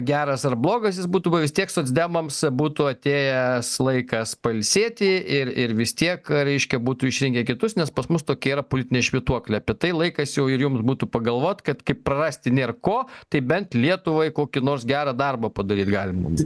geras ar blogas jis būtų vis tiek socdemams būtų atėjęs laikas pailsėti ir ir vis tiek reiškia būtų išrinkę kitus nes pas mus tokia yra politinė švytuoklė apie tai laikas jau ir jums būtų pagalvot kad kai prarasti nėr ko taip bent lietuvai kokį nors gerą darbą padaryt galima